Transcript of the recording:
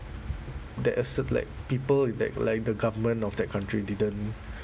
that as in like people in that like the government of that country didn't